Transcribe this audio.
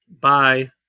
Bye